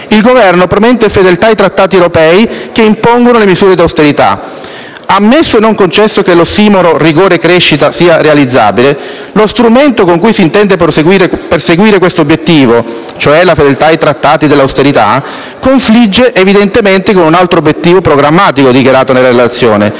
Il Governo promette fedeltà ai trattati europei che impongono le misure di austerità. Ammesso e non concesso che l'ossimoro rigore-crescita sia realizzabile, lo strumento con cui si intende perseguire questo obiettivo, cioè la fedeltà ai trattati dell'austerità, confligge evidentemente con un altro obiettivo programmatico dichiarato nella relazione,